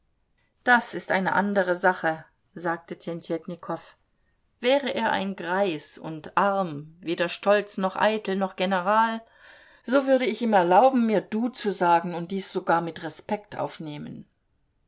das ist eine andere sache sagte tjentjetnikow wäre er ein greis und arm weder stolz noch eitel noch general so würde ich ihm erlauben mir du zu sagen und dies sogar mit respekt aufnehmen